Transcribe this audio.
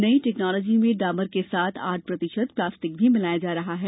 नई टेक्नालॉजी में डामर के साथ आठ प्रतिशत प्लास्टिक भी मिलाया जा रहा है